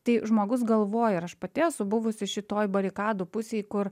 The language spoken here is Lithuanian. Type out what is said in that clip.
tai žmogus galvoja ir aš pati esu buvusi šitoj barikadų pusėje kur